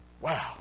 Wow